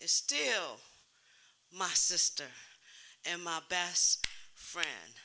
is still my sister and best friend